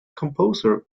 composer